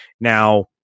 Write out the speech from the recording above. Now